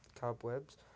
Cobwebs